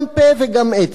גם פה וגם אצבע.